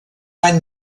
any